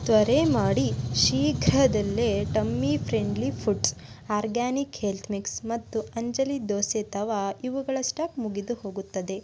ತ್ವರೆ ಮಾಡಿ ಶೀಘ್ರದಲ್ಲೇ tummy friendly foods organic health mix ಮತ್ತು ಅಂಜಲಿ ದೋಸೆ ತವಾ ಇವುಗಳ ಸ್ಟಾಕ್ ಮುಗಿದು ಹೋಗುತ್ತದೆ